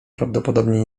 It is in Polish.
prawdopodobnie